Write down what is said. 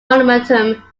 momentum